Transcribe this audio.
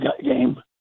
game